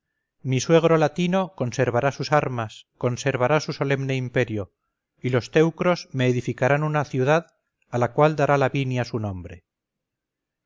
mi suegro latino conservará sus armas conservará su solemne imperio y los teucros me edificarán una ciudad a la cual dará lavinia su nombre